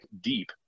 deep